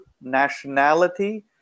nationality